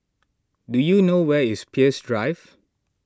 do you know where is Peirce Drive